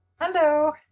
Hello